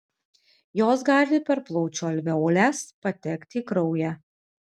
jos gali per plaučių alveoles patekti į kraują